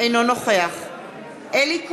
אינו נוכח אלי כהן,